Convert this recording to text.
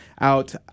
out